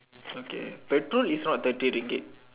okay the two is not the two Ringgit